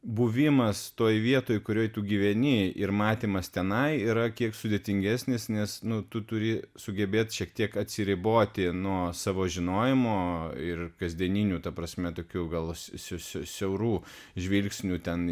buvimas toj vietoj kurioj tu gyveni ir matymas tenai yra kiek sudėtingesnis nes nu tu turi sugebėt šiek tiek atsiriboti nuo savo žinojimo ir kasdieninių ta prasme tokių gal si si siaurų žvilgsnių ten